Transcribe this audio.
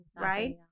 Right